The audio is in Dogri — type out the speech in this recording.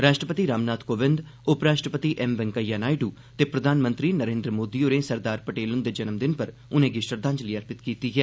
राष्ट्रपति रामनाथ कोविंद उपराष्ट्रपति एम वैंकेइया नायडु ते प्रधानमंत्री नरेंद्र मोदी होरें सरदार पटेल हुंदे जन्मदिन पर उनें'गी श्रद्धांजलि अर्पित कीती ऐ